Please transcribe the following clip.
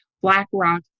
BlackRock